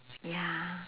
ya